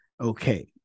Okay